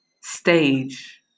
stage